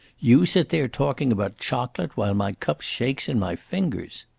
you sit there talking about chocolate while my cup shakes in my fingers.